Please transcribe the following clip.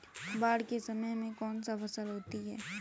बाढ़ के समय में कौन सी फसल होती है?